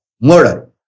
murder